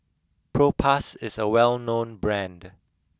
Propass is a well known brand